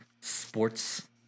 sports